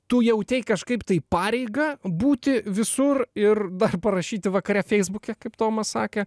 tu jautei kažkaip tai pareigą būti visur ir dar parašyti vakare feisbuke kaip tomas sakė